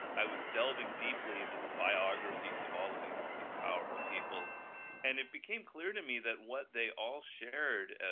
i was delving deeply into the biographies of all of these these powerful people and it became clear to me that what they all shared, ah